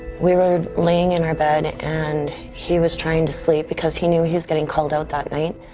we were laying in our bed and he was trying to sleep because he knew he was getting called out that night.